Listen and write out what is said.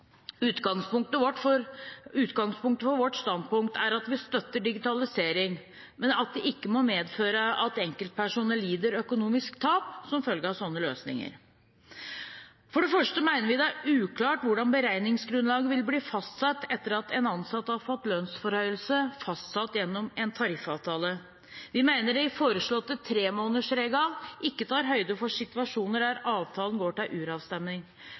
Utgangspunktet for vårt standpunkt er at vi støtter digitalisering, men det må ikke medføre at enkeltpersoner lider økonomisk tap som følge av slike løsninger. For det første mener vi det er uklart hvordan beregningsgrunnlaget vil bli fastsatt etter at en ansatt har fått lønnsforhøyelse fastsatt gjennom en tariffavtale. Vi mener den foreslåtte tremånedersregelen ikke tar høyde for situasjoner der avtalen går til uravstemning.